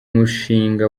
mushinga